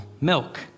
milk